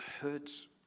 hurts